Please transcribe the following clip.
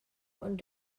ond